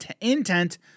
intent